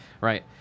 right